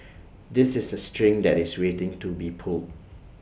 this is A string that is waiting to be pulled